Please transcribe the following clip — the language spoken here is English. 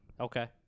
Okay